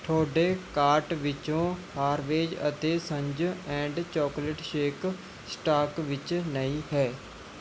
ਤੁਹਾਡੇ ਕਾਰਟ ਵਿੱਚੋਂ ਹਾਰਵੇਜ਼ ਅਤੇ sons and chocolate shake stock ਵਿੱਚ ਨਹੀਂ ਹੈ